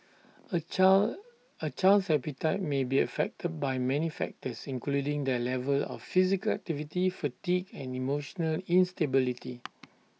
A child A child's appetite may be affected by many factors including their level of physical activity fatigue and emotional instability